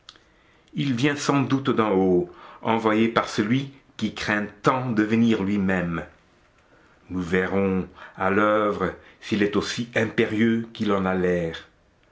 il vient sans doute d'en haut envoyé par celui qui craint tant de venir lui-même nous verrons à l'oeuvre s'il est aussi impérieux qu'il en a l'air